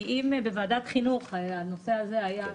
כי אם בוועדת החינוך הנושא הזה היה,